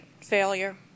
failure